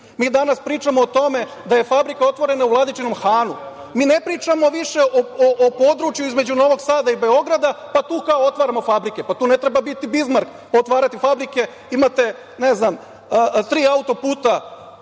Mi danas pričamo o tome da je fabrika otvorena u Vladičinom Hanu, mi ne pričamo više o području između Novog Sada i Beograda, pa tu kao otvaramo fabrike. Pa tu ne treba biti Bizmark pa otvarati fabrike. Imate, ne znam, dva auto-puta